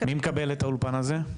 מי מקבל את האולפן הזה?